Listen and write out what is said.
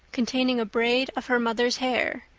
containing a braid of her mother's hair,